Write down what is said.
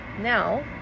Now